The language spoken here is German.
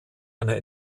einer